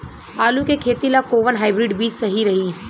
आलू के खेती ला कोवन हाइब्रिड बीज सही रही?